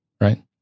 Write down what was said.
Right